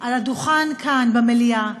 על הדוכן, כאן, במליאה,